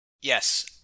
Yes